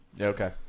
Okay